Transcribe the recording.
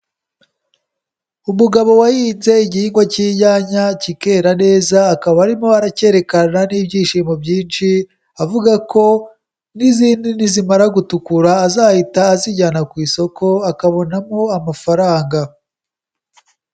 Umugabo wahinze igihingwa cy'inyanya kikera neza, akaba arimo aracyekana n'ibyishimo byinshi, avuga ko n'izindi nizimara gutukura azahita azijyana ku isoko, akabonamo amafaranga.